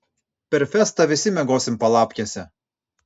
per festą visi miegosim palapkėse